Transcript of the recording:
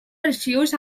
arxius